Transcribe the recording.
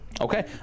Okay